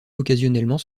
occasionnellement